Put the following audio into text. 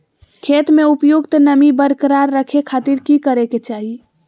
खेत में उपयुक्त नमी बरकरार रखे खातिर की करे के चाही?